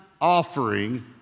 offering